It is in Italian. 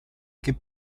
che